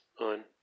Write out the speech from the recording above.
on